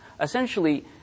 essentially